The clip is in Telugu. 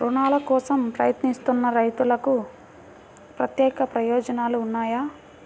రుణాల కోసం ప్రయత్నిస్తున్న రైతులకు ప్రత్యేక ప్రయోజనాలు ఉన్నాయా?